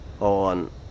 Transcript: on